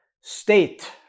state